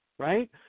right